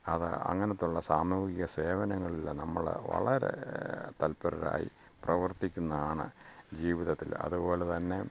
അത് അങ്ങനത്തുള്ള സാമൂഹിക സേവനങ്ങളില് നമ്മള് വളരെ തല്പരരായി പ്രവർത്തിക്കുന്നതാണ് ജീവിതത്തില് അതുപോലെ തന്നെ